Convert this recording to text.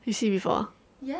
you see before ah